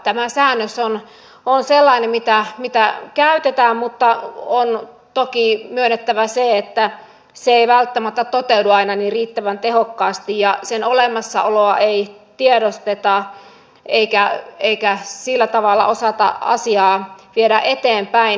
tämä säännös on sellainen mitä käytetään mutta on toki myönnettävä se että se ei välttämättä toteudu aina niin riittävän tehokkaasti ja sen olemassaoloa ei tiedosteta eikä sillä tavalla osata asiaa viedä eteenpäin